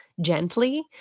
gently